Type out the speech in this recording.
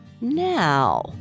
Now